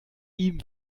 ihm